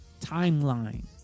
timeline